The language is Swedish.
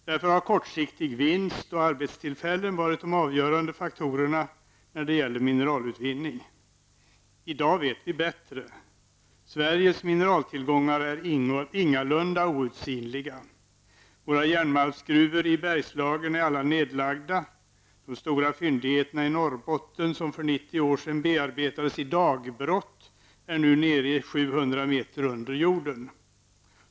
Därför har kortsiktig vinst och arbetstillfällen varit de avgörande faktorerna när det gällt mineralutvinning. I dag vet vi bättre. Sveriges mineraltillgångar är ingalunda outsinliga. Våra järnmalmsgruvor i Bergslagen är alla nedlagda. Det stora fyndigheterna i Norrbotten, som för 90 år sedan bearbetades i dagbrott, finns nu 700 meter under jorden.